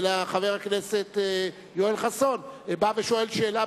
אלא חבר הכנסת יואל חסון בא ושואל שאלה,